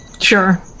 Sure